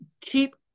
keep